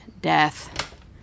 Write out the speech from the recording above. death